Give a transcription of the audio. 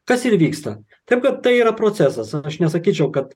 kas ir vyksta taip kad tai yra procesas aš nesakyčiau kad